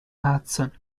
hudson